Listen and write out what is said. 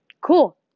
cool